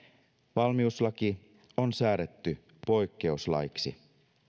valmiuslaki on säädetty poikkeuslaiksi